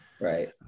Right